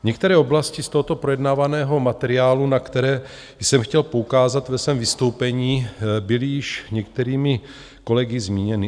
Některé oblasti z tohoto projednávaného materiálu, na které jsem chtěl poukázat ve svém vystoupení, byly již některými kolegy zmíněny.